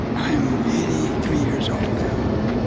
i'm eighty three years old now